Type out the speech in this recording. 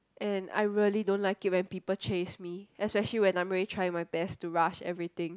and I really don't like it when people chase me especially when I'm already trying my best to rush everything